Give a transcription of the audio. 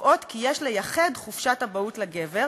שקובעות כי יש לייחד חופשת אבהות לגבר,